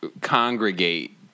congregate